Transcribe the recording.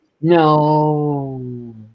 No